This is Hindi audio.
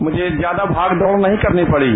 मुझे ज्यादा भागदौड़ नहीं करनी पड़ी